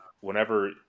Whenever